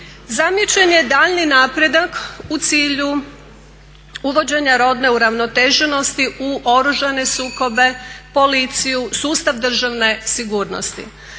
Zamijećen je daljnji napredak u cilju uvođenja rodne uravnoteženosti u oružane sukobe, policiju, sustav državne sigurnosti.